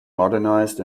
modernized